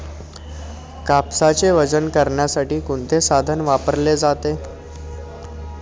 कापसाचे वजन करण्यासाठी कोणते साधन वापरले जाते?